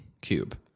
cube